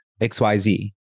XYZ